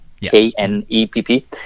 k-n-e-p-p